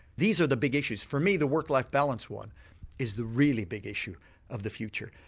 these are the big issues, for me the work-life balance one is the really big issue of the future.